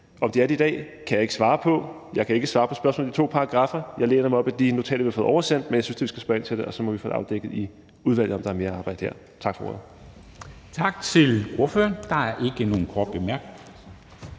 Om de er det i dag, kan jeg ikke svare på. Jeg kan ikke svare på spørgsmålet om de to paragraffer. Jeg læner mig op ad de notater, vi har fået oversendt, men jeg synes da, vi skal spørge ind til det, og så må vi få afdækket i udvalget, om der er mere arbejde her. Tak for ordet.